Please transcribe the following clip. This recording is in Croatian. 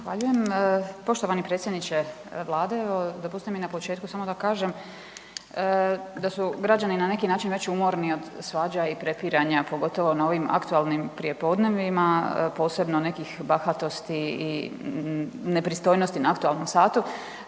Zahvaljujem. Poštovani predsjedniče vlade, dopustite mi na početku samo da kažem da su građani na neki način već umorni od svađa i prepiranja, pogotovo na ovim aktualnim prijepodnevima, posebno nekih bahatosti i nepristojnosti na aktualnom satu,